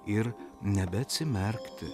ir nebeatsimerkti